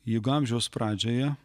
juk amžiaus pradžioje